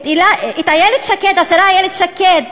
את השרה איילת שקד,